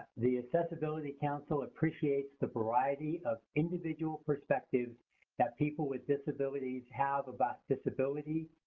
the accessibility council appreciates the variety of individual perspectives that people with disabilities have about disability,